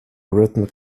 rhythm